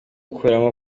gukuramo